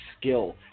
skill